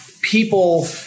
people